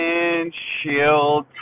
Windshield